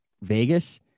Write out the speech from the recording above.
Vegas